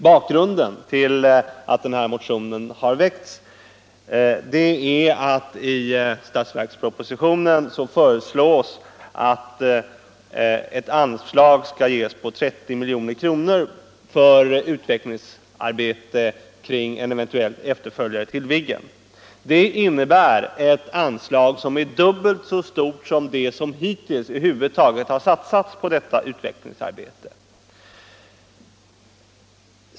Bakgrunden till att motionen har väckts är att det i statsverkspropositionen föreslås ett anslag på 30 milj.kr. till utvecklingsarbetet för en eventuell efterföljare till Viggen. Det anslaget är dubbelt så stort som vad som hittills har satsats på detta utvecklingsarbete.